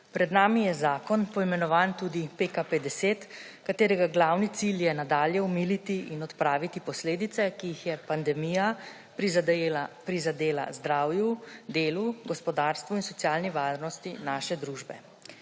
Pred nami je zakon, poimenovan tudi PKP 10, katerega glavni cilj je nadalje omiliti in odpraviti posledice, ki jih je pandemija prizadela zdravju, delu, gospodarstvu in socialni varnosti naše družbe.